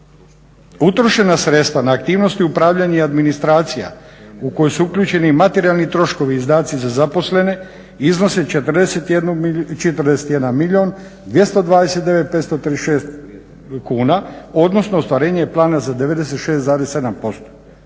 Utrošena sredstva na aktivnosti upravljanja i administracija u koji su uključeni materijalni troškovi, izdaci za zaposlene iznose 41 milijun 229 536 kuna odnosno ostvarenje plana za 96,7%.